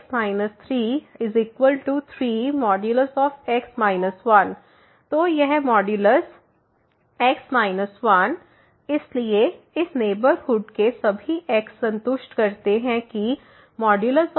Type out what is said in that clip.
तो यह modulus x 1 इसलिए इस नेबरहुड के सभी x संतुष्ट करते हैं कि x 1δ